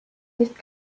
nicht